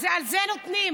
על זה נותנים.